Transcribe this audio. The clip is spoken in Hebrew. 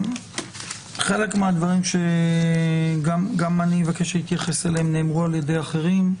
חלק מהדברים שגם אני אבקש להתייחס אליהם נאמרו על ידי אחרים,